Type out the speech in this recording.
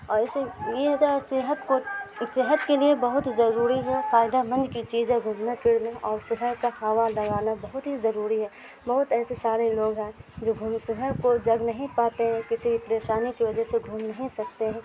اور اسے یہ تو صحت کو صحت کے لیے بہت ہی ضروری ہے فائدہ مند کی چیز ہے گھومنا پھرنے اور صبح کا ہوا لگانا بہت ہی ضروری ہے بہت ایسے سارے لوگ ہیں جو گھومے صبح کو جگ نہیں پاتے ہیں کسی پریشانی کی وجہ سے گھوم نہیں سکتے ہیں